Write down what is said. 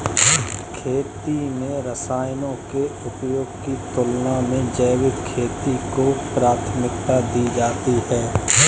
खेती में रसायनों के उपयोग की तुलना में जैविक खेती को प्राथमिकता दी जाती है